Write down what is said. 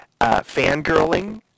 fangirling